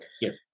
Yes